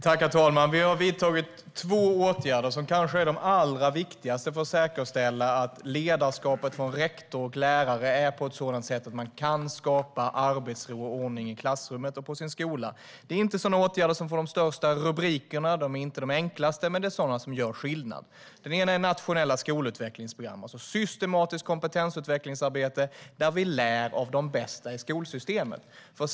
Herr talman! Vi har vidtagit två åtgärder som kanske är de allra viktigaste för att säkerställa att ledarskapet från rektor och lärare är sådant att man kan skapa arbetsro och ordning i klassrummet och på sin skola. Det är inte sådana åtgärder som får de största rubrikerna, de är inte de enklaste, men det är sådana som gör skillnad. Den ena är nationella skolutvecklingsprogram, alltså systematiskt kompetensutvecklingsarbete, där vi lär av de bästa i skolsystemet.